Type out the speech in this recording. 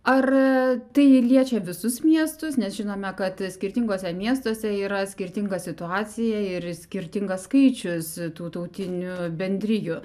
ar tai liečia visus miestus nes žinome kad skirtinguose miestuose yra skirtinga situacija ir skirtingas skaičius tų tautinių bendrijų